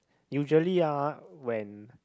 usually ah when